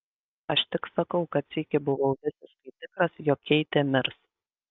aš tik sakau kad sykį buvau visiškai tikras jog keitė mirs